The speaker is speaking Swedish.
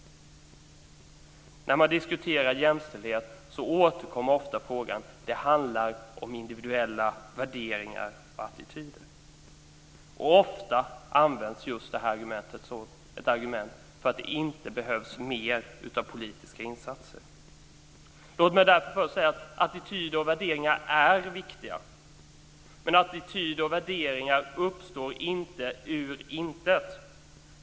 När man diskuterar jämställdhet är något ofta återkommande att det handlar om individuella värderingar och attityder. Ofta används just detta som ett argument för att det inte behövs mer av politiska insatser. Låt mig därför först säga att attityder och värderingar är viktiga. Men attityder och värderingar uppstår inte ur intet.